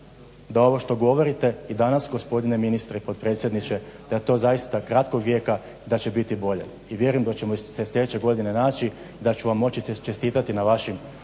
da ovo što govorite i danas gospodine ministre potpredsjedniče jel to zaista kratkog vijeka da će biti bolje, i vjerujem da ćemo se sljedeće godini da ću vam moći čestitati na vašim